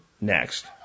next